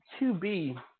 QB